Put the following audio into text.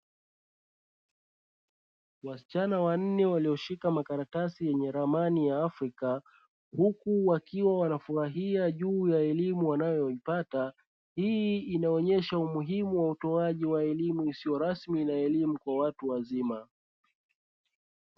Wasichana wanne walioshika makaratasi yenye ramani ya afrika huku wakiwa wanafurahia juu ya elimu wanayoipata. Hii inaonyesha umuhimu wa utoaji wa elimu isio rasmi na elimu kwa watu wazima.